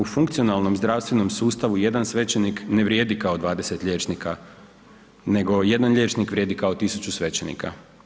U funkcionalnom zdravstvenom sustavu jedan svećenik ne vrijedi kao 20 liječnika, nego 1 liječnik vrijedi kao 1000 svećenika.